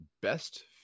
best